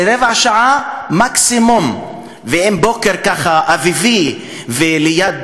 זה רבע שעה מקסימום, ואם הבוקר ככה אביבי, וליד